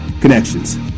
Connections